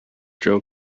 joe